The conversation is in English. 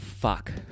fuck